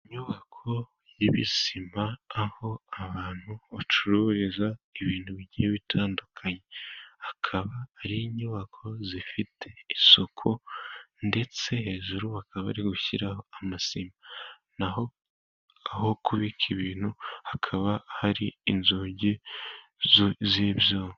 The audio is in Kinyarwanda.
Inyubako y'ibisima, aho abantu bacururiza ibintu bigiye bitandukanye. Akaba ari inyubako zifite isuku, ndetse hejuru bakaba bari gushyiraho amasima. Naho aho kubika ibintu, hakaba hari inzugi z'ibyuma.